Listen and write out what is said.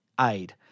Aid